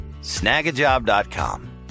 Snagajob.com